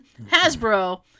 Hasbro